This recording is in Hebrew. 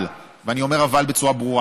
אבל, ואני אומר "אבל" בצורה ברורה,